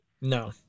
No